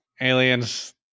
aliens